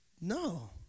no